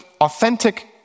authentic